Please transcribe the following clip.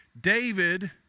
David